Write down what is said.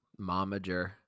Momager